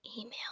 email